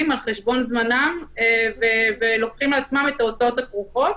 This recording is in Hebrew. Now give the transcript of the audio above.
על חשבון זמנם ולוקחים על עצמם את ההוצאות הכרוכות,